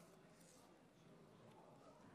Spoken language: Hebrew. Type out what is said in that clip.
אדוני היושב-ראש,